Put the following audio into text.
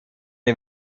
die